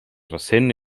recent